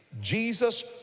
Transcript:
Jesus